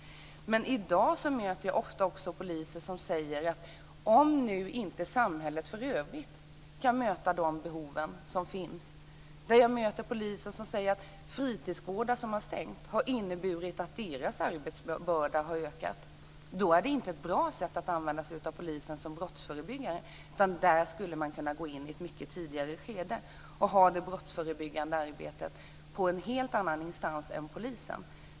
Men i dag möter jag ofta också poliser som talar om att samhället i övrigt inte kan möta de behov som finns. Jag möter poliser som säger att stängning av fritidsgårdar har inneburit att deras arbetsbörda har ökat. Det är inte ett bra sätt att använda sig av polisen som brottsförebyggare. Där skulle man kunna gå in i ett mycket tidigare skede och ha det brottsförebyggande arbetet på en helt annan instans än polisen.